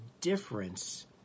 difference